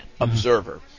observer